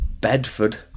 Bedford